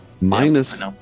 Minus